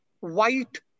white